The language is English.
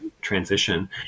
transition